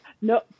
no